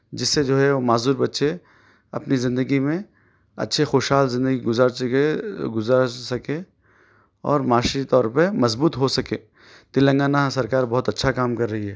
جس سے جو ہے وہ معذور بچے اپنی زندگی میں اچھے خوشحال زندگی گزار سکے گزار سکیں اور معاشی طور پہ مضبوط ہو سکے تلنگانہ سرکار بہت اچھا کام کر رہی ہے